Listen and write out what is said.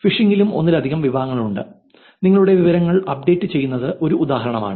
ഫിഷിംഗിലും ഒന്നിലധികം വിഭാഗങ്ങളുണ്ട് നിങ്ങളുടെ വിവരങ്ങൾ അപ്ഡേറ്റ് ചെയ്യുന്നത് ഒരു ഉദാഹരണമാണ്